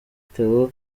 theo